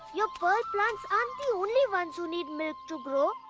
your pearl plants aren't the only ones who need milk to grow.